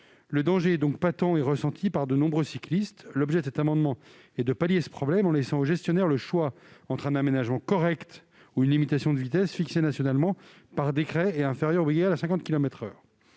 Le danger est donc patent et ressenti par de nombreux cyclistes. L'objet de cet amendement est de pallier ce problème en laissant au gestionnaire le choix entre un aménagement correct ou une limitation de vitesse fixée nationalement par décret et inférieure ou égale à 50 kilomètres